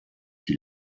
die